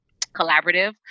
collaborative